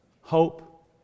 hope